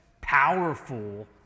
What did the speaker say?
powerful